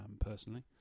personally